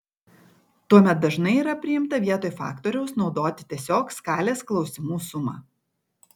tuomet dažnai yra priimta vietoj faktoriaus naudoti tiesiog skalės klausimų sumą